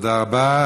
תודה רבה.